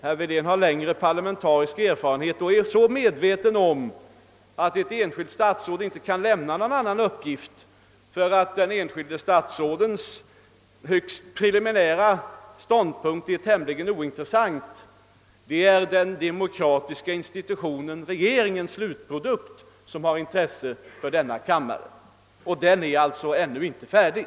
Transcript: Herr Wedén har längre parlamentarisk erfarenhet och vet därför att ett enskilt statsråd inte kan lämna andra uppgifter än sådana som är slutgiltiga. Det enskilda statsrådets högst preliminära ståndpunkt är tämligen ointressant. Det är den demokratiska institutionens, d. v. s. regeringens, slutprodukt som har intresse för kammaren, och den är som sagt ännu inte färdig.